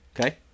okay